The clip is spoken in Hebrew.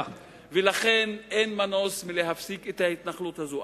ולכן אין מנוס מלהפסיק את ההתנחלות הזו.